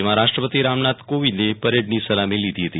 જેમાં રાષ્ટપતિ રામનાથ કોવિંદ પરેડની સલામો લીધી હતી